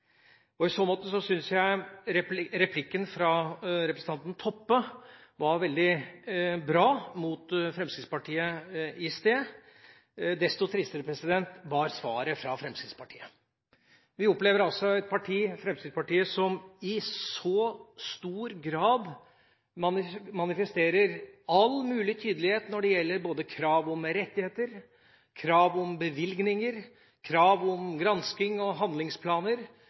pasienter. I så måte syns jeg replikken i sted fra representanten Toppe til Fremskrittspartiet var veldig bra. Desto tristere var svaret fra Fremskrittspartiet. Vi opplever at Fremskrittspartiet i stor grad og med all mulig tydelighet manifesterer krav om rettigheter, krav om bevilgninger og krav om gransking og handlingsplaner